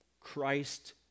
Christ